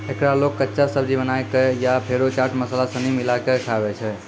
एकरा लोग कच्चा, सब्जी बनाए कय या फेरो चाट मसाला सनी मिलाकय खाबै छै